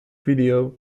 video